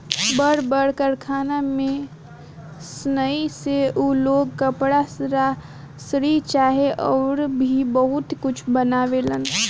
बड़ बड़ कारखाना में सनइ से उ लोग कपड़ा, रसरी चाहे अउर भी बहुते कुछ बनावेलन